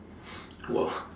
!wah!